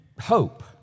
hope